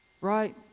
Right